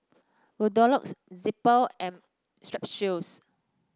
Redoxon Zappy and Strepsils